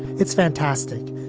it's fantastic.